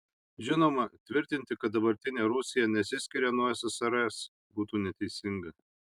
žinoma tvirtinti kad dabartinė rusija nesiskiria nuo ssrs būtų neteisinga